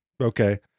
Okay